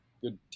good